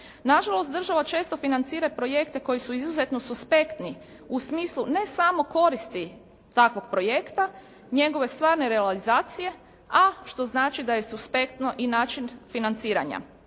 Nažalost država često financira projekte koji su izuzetno suspektni u smislu ne samo koristi takvog projekta, njegove stvarne realizacije a što znači da je suspektno i način financiranja